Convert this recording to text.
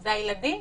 זה הילדים.